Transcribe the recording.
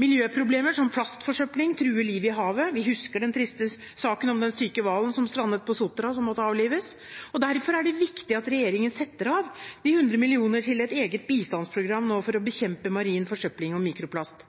Miljøproblemer som plastforsøpling truer livet i havet. Vi husker den triste saken om den syke hvalen som strandet på Sotra, og som måtte avlives. Derfor er det nå viktig at regjeringen setter av 100 mill. kr til et eget bistandsprogram for å bekjempe marin forsøpling og mikroplast.